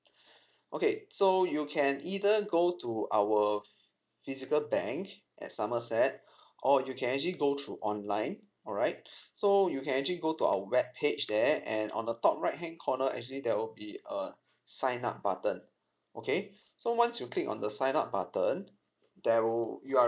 okay so you can either go to our f~ physical bank at somerset or you can actually go through online alright so you can actually go to our web page there and on the top right hand corner actually there will be a sign up button okay so once you click on the sign up button there will you are